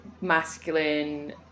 masculine